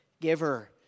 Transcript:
giver